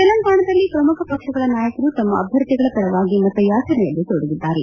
ತೆಲಂಗಾಣದಲ್ಲಿ ಶ್ರಮುಖ ಪಕ್ಷಗಳ ನಾಯಕರು ತಮ್ನ ಅಭ್ಲರ್ಥಿಗಳ ಪರವಾಗಿ ಮತಯಾಚನೆಯಲ್ಲಿ ತೊಡಗಿದ್ದಾರೆ